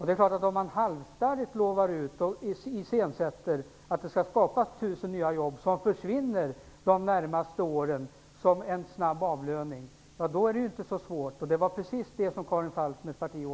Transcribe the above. Det är klart att om man halsstarrigt lovar ut och iscensätter att det skall skapas 1 000 nya jobb som de närmaste åren försvinner snabbt som en avlöning, då är det inte så svårt. Det var precis det som Karin